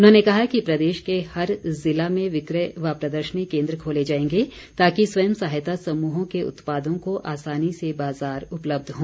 उन्होंने कहा कि प्रदेश के हर जिला में विक्रय व प्रदर्शनी केन्द्र खोले जाएंगे ताकि स्वयं सहायता समूहों के उत्पादों का आसानी से बाज़ार उपलब्ध हो